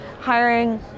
Hiring